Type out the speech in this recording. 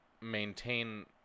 maintain